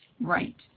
right